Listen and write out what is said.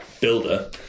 builder